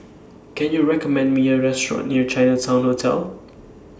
Can YOU recommend Me A Restaurant near Chinatown Hotel